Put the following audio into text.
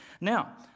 Now